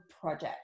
project